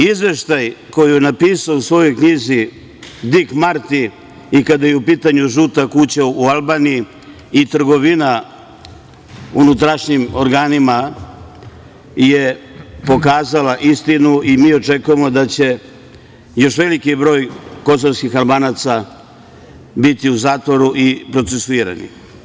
Izveštaj koji je napisao u svojoj knjizi Dik Marti, i kada je u pitanju „žuta kuća“ u Albaniji, i trgovina unutrašnjim organima je pokazala istinu i mi očekujemo da će još veliki broj kosovskih Albanaca biti u zatvoru i procesuirani.